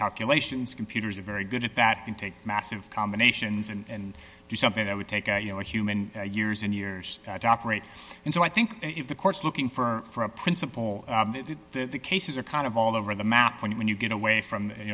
calculations computers are very good at that can take massive combinations and do something that would take you know a human years and years that operate and so i think if the course looking for a principle the cases are kind of all over the map when you when you get away from you